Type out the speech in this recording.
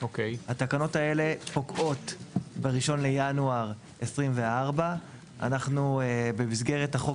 התקנות האלה פוקעות ב-1 בינואר 2024. במסגרת החוק